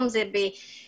אם יעשו את זה, זה יהיה